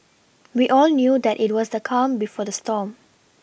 we all knew that it was the calm before the storm